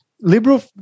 liberal